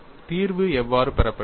தீர்வு எவ்வாறு பெறப்பட்டது